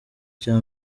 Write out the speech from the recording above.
cya